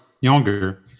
younger